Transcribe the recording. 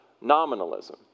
nominalism